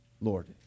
Lord